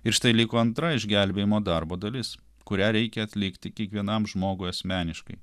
ir štai liko antra išgelbėjimo darbo dalis kurią reikia atlikti kiekvienam žmogui asmeniškai